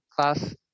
class